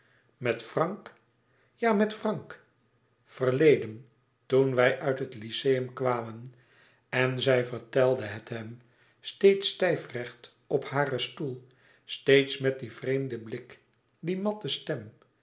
met frank ja met frank verleden toen wij uit het lyceum kwamen en zij vertelde het hem steeds stijfrecht op haren stoel steeds met dien vreemden blik die matte stem